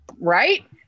right